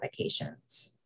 medications